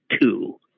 two